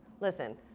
listen